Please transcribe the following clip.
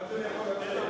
ואז אני יכול לצאת.